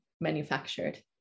manufactured